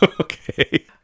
Okay